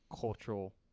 cultural